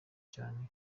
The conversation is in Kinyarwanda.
cyane